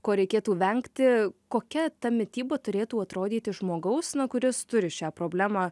ko reikėtų vengti kokia ta mityba turėtų atrodyti žmogaus na kuris turi šią problemą